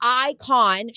icon